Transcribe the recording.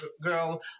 girl